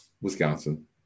wisconsin